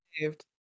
saved